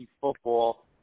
Football